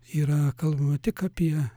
yra kalbama tik apie